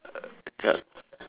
uh